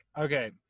Okay